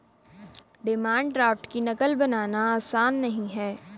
demand draft की नक़ल बनाना आसान नहीं है